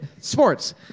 Sports